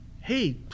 hey